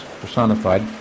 personified